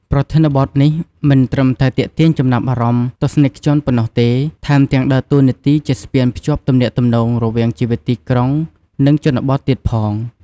ប្រធានបទនេះមិនត្រឹមតែទាក់ទាញចំណាប់អារម្មណ៍ទស្សនិកជនប៉ុណ្ណោះទេ ថែមទាំងដើរតួនាទីជាស្ពានភ្ជាប់ទំនាក់ទំនងរវាងជីវិតទីក្រុង និងជនបទទៀតផង។